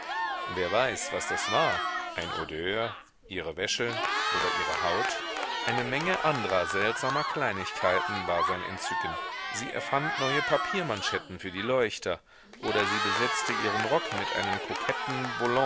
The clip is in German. wer weiß was das war ein odeur ihre wäsche oder ihre haut eine menge andrer seltsamer kleinigkeiten war sein entzücken sie erfand neue papiermanschetten für die leuchter oder sie besetzte ihren rock mit einem koketten